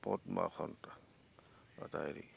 পদ্মাসন